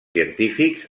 científics